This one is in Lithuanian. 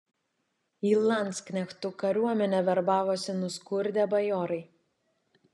į landsknechtų kariuomenę verbavosi nuskurdę bajorai